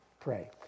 pray